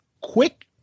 quick